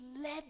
led